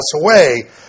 away